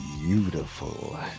Beautiful